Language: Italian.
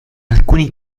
alcuni